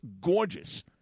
gorgeous